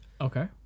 Okay